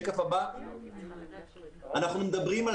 השקף הבא: אנחנו מדברים על